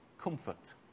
comfort